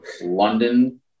London